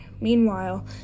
Meanwhile